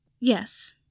Yes